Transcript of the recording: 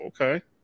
Okay